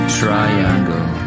triangle